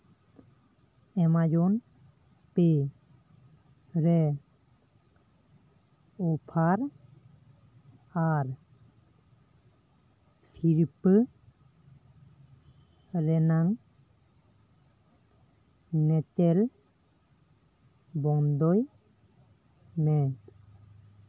Amazon ᱯᱮ ᱨᱮ offer ᱟᱨ ᱥᱤᱨᱯᱟᱹ ᱨᱮᱱᱟᱝ ᱧᱮᱛᱮᱞ ᱵᱚᱱᱫᱚᱭ ᱢᱮ